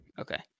Okay